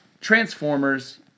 Transformers